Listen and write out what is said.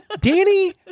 Danny